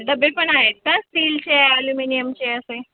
डबे पण आहेत का स्टीलचे ॲल्युमिनियनचे असे